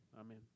Amen